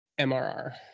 MRR